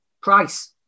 price